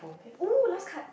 okay !woo! last card